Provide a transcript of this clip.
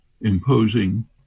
imposing